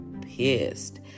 pissed